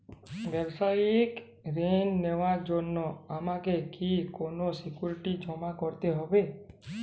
ব্যাবসায়িক ঋণ নেওয়ার জন্য আমাকে কি কোনো সিকিউরিটি জমা করতে হবে?